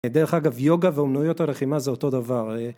דרך אגב יוגה ואומנויות הלחימה זה אותו דבר